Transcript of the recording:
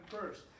first